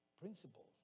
Principles